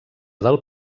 del